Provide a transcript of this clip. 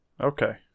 Okay